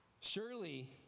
surely